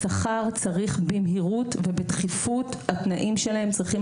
השכר צריך במהירות ובדחיפות התנאים שלהן צריכים